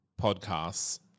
podcasts